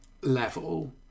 level